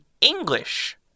English